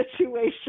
situation